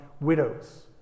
widows